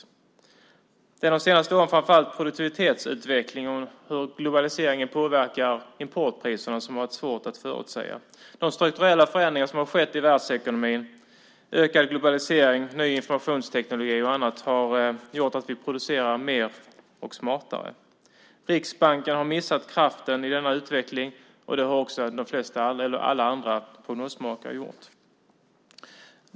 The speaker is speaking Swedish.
Under de senaste åren är det framför allt produktivitetsutvecklingen och hur globaliseringen påverkar importpriserna som har varit svårt att förutsäga. De strukturella förändringar som har skett i världsekonomin, ökad globalisering, ny informationsteknik och annat, har gjort att vi producerar mer och smartare. Riksbanken har missat kraften i denna utveckling, och det har också alla andra prognosmakare gjort.